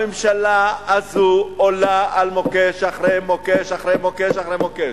הממשלה הזו עולה על מוקש אחרי מוקש אחרי מוקש אחרי מוקש,